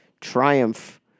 triumph